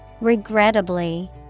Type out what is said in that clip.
Regrettably